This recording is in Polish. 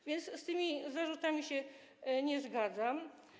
A więc z tymi zarzutami się nie zgadzam.